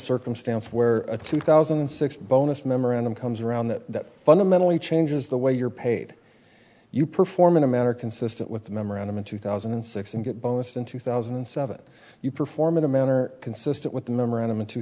circumstance where a two thousand and six bonus memorandum comes around that fundamentally changes the way you're paid you perform in a manner consistent with the memorandum in two thousand and six and in two thousand and seven you perform in a manner consistent with the memorandum in two